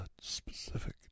specific